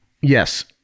yes